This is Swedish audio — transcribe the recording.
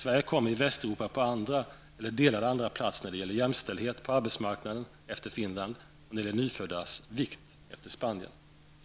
Vi kommer i Västeuropa på delad andra plats när det gäller jämställdhet på arbetsmarknaden efter Finland och när de gäller de nyföddas vikt efter Spanien.